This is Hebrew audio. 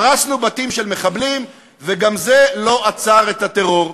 הרסנו בתים של מחבלים, וגם זה לא עצר את הטרור.